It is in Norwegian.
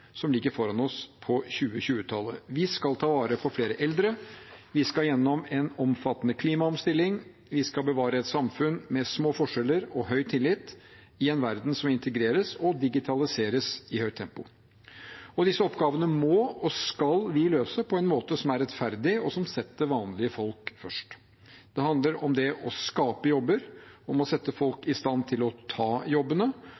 som ligger foran oss på 2020-tallet. Vi skal ta vare på flere eldre, vi skal gjennom en omfattende klimaomstilling, vi skal bevare et samfunn med små forskjeller og høy tillit i en verden som integreres og digitaliseres i høyt tempo. Disse oppgavene må og skal vi løse på en måte som er rettferdig, og som setter vanlige folk først. Det handler om å skape jobber, om å sette folk i stand til å ta jobbene og om å sørge for at jobbene